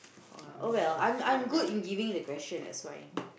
oh well I'm good at giving the question that's why